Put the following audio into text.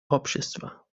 общества